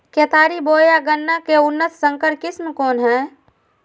केतारी बोया गन्ना के उन्नत संकर किस्म कौन है?